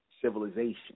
civilization